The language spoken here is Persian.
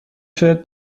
شاید